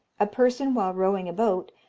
a person while rowing a boat,